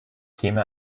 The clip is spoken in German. thema